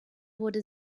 wurde